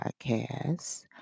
podcast